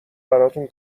براتون